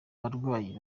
barwanyi